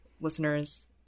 listeners